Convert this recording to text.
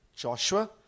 Joshua